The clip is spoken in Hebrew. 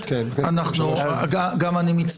אני לא רואה בעיה עם זה.